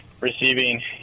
receiving